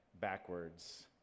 backwards